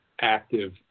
active